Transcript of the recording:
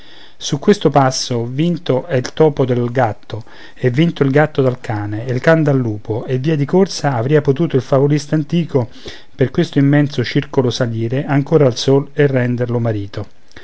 su questo passo vinto è il topo dal gatto e vinto il gatto dal cane e il can dal lupo e via di corsa avria potuto il favolista antico per questo immenso circolo salire ancora al sole e renderlo marito